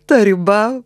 ta riba